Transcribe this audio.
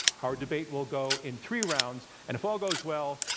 our debate will go in three rounds. and if all goes well,